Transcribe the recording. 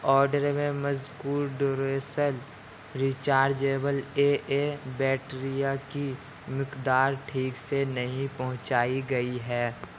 order میں مذکور Duracell rechargeable A A بیٹریاں کی مقدار ٹھیک سے نہیں پہنچائی گئی ہے